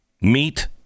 Meet